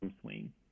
swing